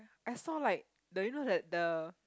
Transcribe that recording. I saw like the you know that the